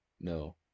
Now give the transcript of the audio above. No